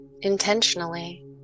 intentionally